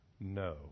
no